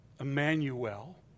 Emmanuel